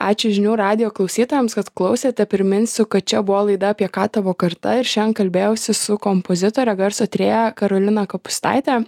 ačiū žinių radijo klausytojams kad klausėte priminsiu kad čia buvo laida apie ką tavo karta ir šiandien kalbėjausi su kompozitore garso tyrėja karolina kopūstaite